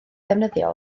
ddefnyddio